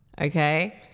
Okay